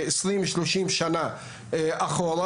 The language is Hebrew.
עשרים שלושים שנה אחורה,